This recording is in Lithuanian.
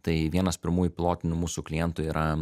tai vienas pirmųjų pilotinių mūsų klientų yra